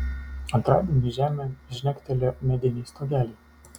antradienį žemėn žnektelėjo mediniai stogeliai